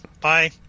Bye